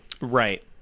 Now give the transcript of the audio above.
right